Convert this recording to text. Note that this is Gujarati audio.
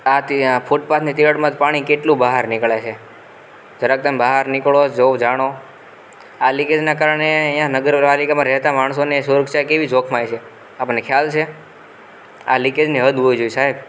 આ તે આ ફૂટપાથની તિરાડમાંથી પાણી કેટલું બહાર નીકળે છે જરાક તમે બહાર નીકળો જુઓ જાણો આ લિકેજનાં કારણે અહીંયા નગર પાલિકામાં રહેતા માણસોને સુરક્ષા કેવી જોખમાય છે આપને ખ્યાલ છે આ લિકેજની હદ હોવી જોઈએ સાહેબ